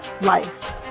life